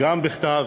גם בכתב